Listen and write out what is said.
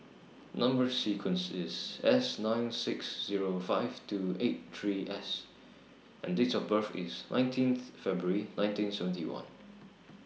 Number sequence IS S nine six Zero five two eight three S and Date of birth IS nineteenth February nineteen seventy one